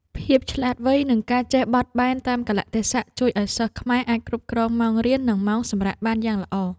ភាពឆ្លាតវៃនិងការចេះបត់បែនតាមកាលៈទេសៈជួយឱ្យសិស្សខ្មែរអាចគ្រប់គ្រងម៉ោងរៀននិងម៉ោងសម្រាកបានយ៉ាងល្អ។